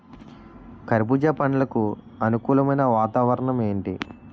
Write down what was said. కర్బుజ పండ్లకు అనుకూలమైన వాతావరణం ఏంటి?